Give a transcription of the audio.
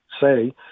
say